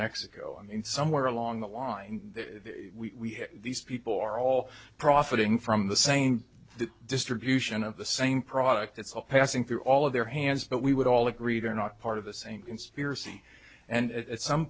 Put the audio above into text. mexico i mean somewhere along the line we these people are all profiting from the same distribution of the same product it's all passing through all of their hands but we would all agreed are not part of the same conspiracy and at some